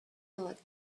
taught